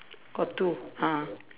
got two ah